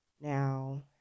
Now